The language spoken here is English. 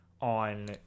on